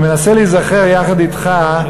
אני מנסה להיזכר יחד אתך,